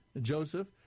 Joseph